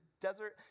desert